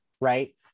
right